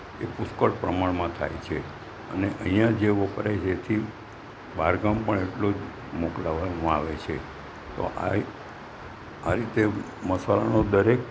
એ પુષ્કળ પ્રમાણમાં થાય છે અને અહિયાં જે વપરાય જેથી બાહાર ગામ પણ એટલો જ મોકલાવામાં આવે છે તો આ આ રીતે મસાલાનો દરેક